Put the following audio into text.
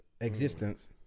existence